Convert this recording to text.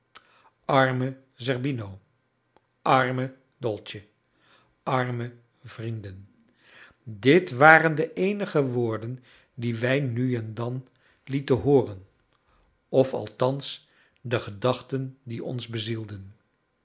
arme zerbino arme dolce arme vrienden dit waren de eenige woorden die wij nu en dan lieten hooren of althans de gedachten die ons bezielden